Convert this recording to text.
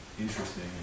interesting